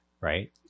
Right